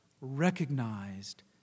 recognized